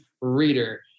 reader